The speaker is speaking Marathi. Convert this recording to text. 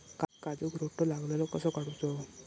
काजूक रोटो लागलेलो कसो काडूचो?